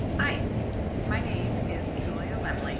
hi my name is julia lemle, like